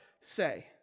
say